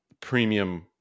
premium